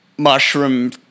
mushroom